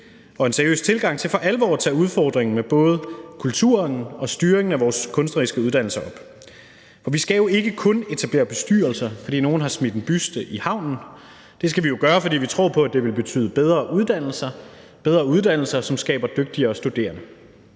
og en seriøs tilgang til for alvor at tage udfordringen med både kulturen og styringen af vores kunstneriske uddannelser op. For vi skal jo ikke kun etablere bestyrelser, fordi nogen har smidt en buste i havnen. Det skal vi jo gøre, fordi vi tror på, at det vil betyde bedre uddannelser – bedre uddannelser, som skaber dygtigere studerende.